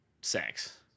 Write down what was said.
sex